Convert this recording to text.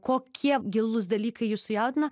kokie gilūs dalykai jus sujaudina